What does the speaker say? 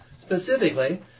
Specifically